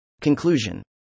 Conclusion